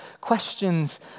questions